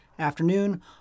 Afternoon